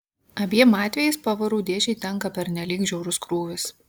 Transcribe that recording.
abiem atvejais pavarų dėžei tenka pernelyg žiaurus krūvis